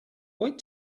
wait